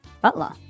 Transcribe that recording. Butler